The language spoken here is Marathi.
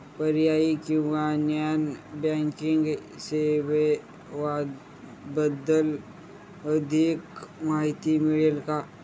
पर्यायी किंवा नॉन बँकिंग सेवांबद्दल अधिक माहिती मिळेल का?